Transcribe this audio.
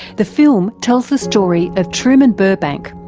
the film tells the story of truman burbank,